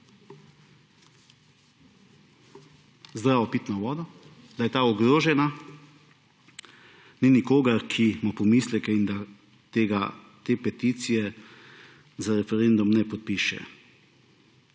zdravo pitno vodo, da je ta ogrožena, ni nikogar, ki ima pomisleke in da te peticije za referendum ne podpiše.